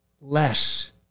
less